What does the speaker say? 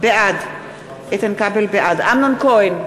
בעד אמנון כהן,